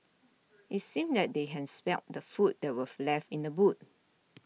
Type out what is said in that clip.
it seemed that they had smelt the food that were left in the boot